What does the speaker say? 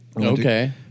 Okay